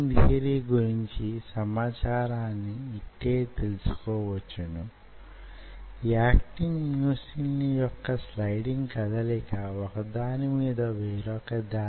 ఈ విధమైన నిర్మాణాన్ని అంటే మ్యో ట్యూబ్ లు గా పిలువబడే వాటిని రూపొందిస్తాయి